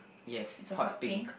yes hot pink